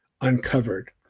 uncovered